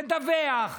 לדווח.